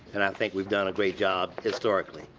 and i think we've done a great job historically.